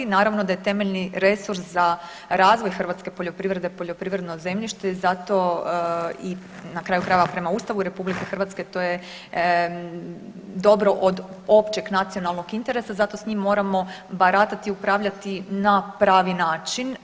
Naravno da je temeljni resurs za razvoj hrvatske poljoprivrede poljoprivredno zemljište zato i na kraju prema Ustavu RH to je dobro od općeg nacionalnog interesa zato s njim moramo baratati i upravljati na pravi način.